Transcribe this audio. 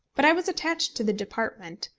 but i was attached to the department,